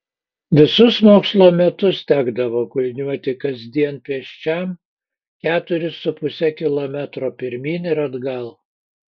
visus mokslo metus tekdavo kulniuoti kasdien pėsčiam keturis su puse kilometro pirmyn ir atgal